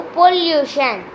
pollution